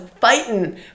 fighting